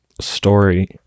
story